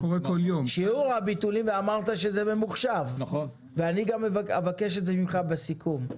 שיעור הביטולים ואמרת שזה ממוחשב ואני גם אבקש את זה ממך בסיכום.